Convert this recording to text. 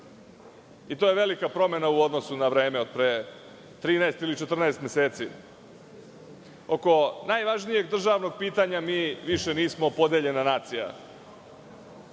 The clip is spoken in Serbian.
i to je velika promena u odnosu na vreme od pre 13 ili 14 meseci. Oko najvažnijeg državnog pitanja mi više nismo podeljena nacija.